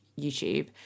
YouTube